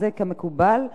וזה כמקובל,